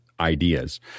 ideas